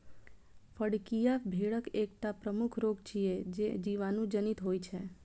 फड़कियां भेड़क एकटा प्रमुख रोग छियै, जे जीवाणु जनित होइ छै